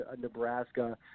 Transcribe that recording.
Nebraska